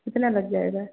कितना लग जाएगा